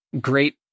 Great